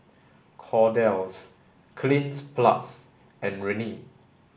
Kordel's Cleanz plus and Rene